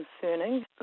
concerning